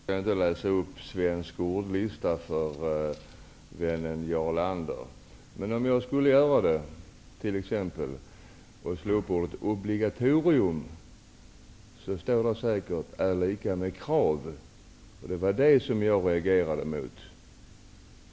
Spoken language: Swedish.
Herr talman! Jag skall inte läsa upp Svensk ordlista för vännen Jarl Lander, men om jag i Svensk ordlista skulle slå upp ordet ''obligatorium'', skulle där säkert som förklaring stå ''krav''. Det var det jag reagerade emot.